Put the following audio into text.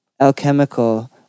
alchemical